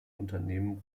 unternehmen